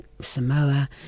Samoa